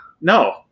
no